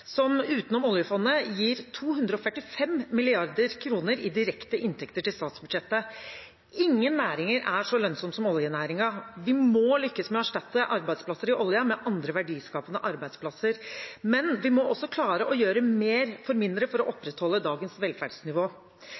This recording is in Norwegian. som utenom oljefondet gir 245 mrd. kr i direkte inntekter til statsbudsjettet. Ingen andre næringer er så lønnsomme som oljenæringen. Vi må lykkes med å erstatte arbeidsplasser i oljen med andre verdiskapende arbeidsplasser. Men vi må også klare å gjøre mer for mindre for å opprettholde dagens velferdsnivå.